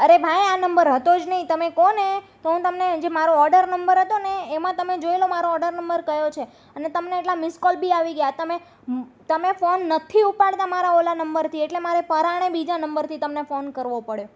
અરે ભાઈ આ નંબર હતો જ નહીં તમે કોને તો હું તમને મારો જે ઓર્ડર નંબર હતોને એમાં તમે જોઈ લો મારો ઓર્ડર નંબર કયો છે અને તમને એટલા મિસ કોલ બી આવી ગ્યા તમે તમે ફોન નથી ઉપાડતા મારા પેલા નંબરથી એટલે મારે પરાણે બીજા નંબરથી તમને ફોન કરવો પડ્યો